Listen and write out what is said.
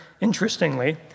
interestingly